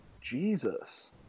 Jesus